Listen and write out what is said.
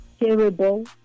terrible